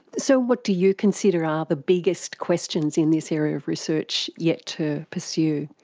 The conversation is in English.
so what do you consider are the biggest questions in this area of research yet to pursue?